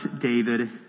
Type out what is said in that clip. David